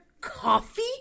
coffee